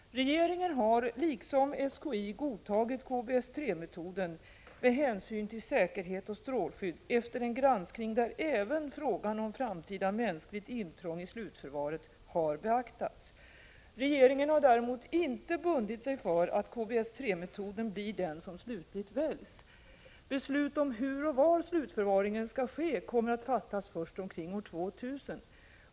Regeringen har liksom SKI godtagit KBS 3-metoden med hänsyn till säkerhet och strålskydd efter en granskning där även frågan om framtida mänskligt intrång i slutförvaret har beaktats. Regeringen har däremot inte bundit sig för att KBS 3-metoden blir den som slutligt väljs. Beslut om hur och var slutförvaringen skall ske kommer att fattas först omkring år 2000.